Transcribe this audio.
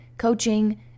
Coaching